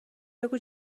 بگو